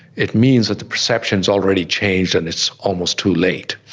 it means that the perception has already changed and it's almost too late.